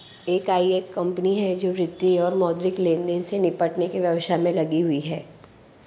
FI एक कंपनी है जो वित्तीय और मौद्रिक लेनदेन से निपटने के व्यवसाय में लगी हुई है